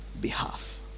behalf